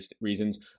reasons